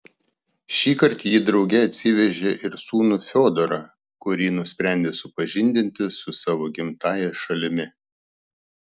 šįkart ji drauge atsivežė ir sūnų fiodorą kurį nusprendė supažindinti su savo gimtąja šalimi